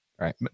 Right